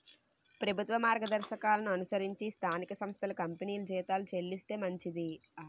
ప్రభుత్వ మార్గదర్శకాలను అనుసరించి స్థానిక సంస్థలు కంపెనీలు జీతాలు చెల్లిస్తే మంచిది